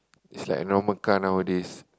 is like a normal car nowadays